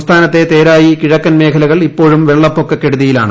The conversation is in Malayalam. സംസ്ഥാനത്തെ തേരായികിഴക്കൻ മേഖലകൾ ഇപ്പോഴും വെള്ളപ്പൊക്ക കെടുതിയിലാണ്